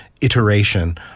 iteration